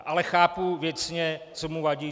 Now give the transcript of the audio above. Ale chápu věcně, co mu vadí.